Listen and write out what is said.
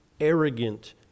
arrogant